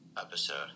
episode